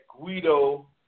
Guido